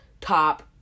top